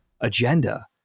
agenda